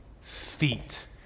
feet